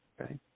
okay